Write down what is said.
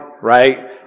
right